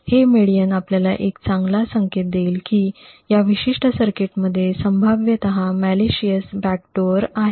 हे मेडिअन आपल्याला एक चांगला संकेत देईल की या विशिष्ट सर्किटमध्ये संभाव्यतः मॅलिशिअसं बॅकडोर आहे